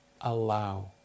allow